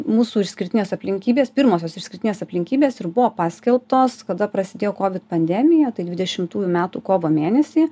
mūsų išskirtinės aplinkybės pirmosios išskirtinės aplinkybės ir buvo paskelbtos kada prasidėjo covid pandemija tai dvidešimtųjų metų kovo mėnesį